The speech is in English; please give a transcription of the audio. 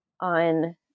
on